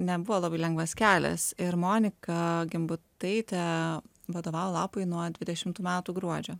nebuvo labai lengvas kelias ir monika gimbutaitė vadovavo lapui nuo dvidešimtų metų gruodžio